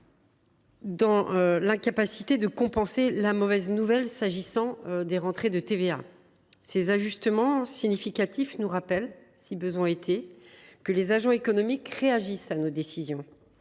très loin de compenser la mauvaise nouvelle relative aux recettes de TVA. Ces ajustements significatifs nous rappellent, si besoin en était, que les agents économiques réagissent à nos décisions.